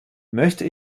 möchte